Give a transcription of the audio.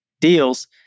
deals